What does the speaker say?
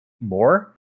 more